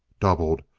doubled,